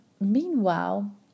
meanwhile